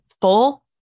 full